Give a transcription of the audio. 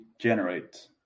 generate